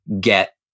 get